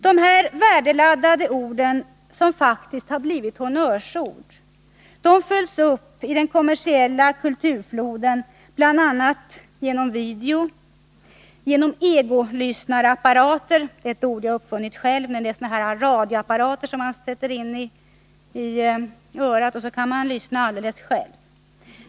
Dessa värdeladdade ord, som faktiskt har blivit honnörsord, följs upp i den kommersiella kulturfloden genom bl.a. video och egolyssnarapparater — det är ett ord jag har uppfunnit för sådana där radioapparater med lurar för öronen som gör att man kan lyssna alldeles själv.